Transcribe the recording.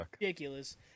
ridiculous